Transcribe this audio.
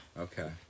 Okay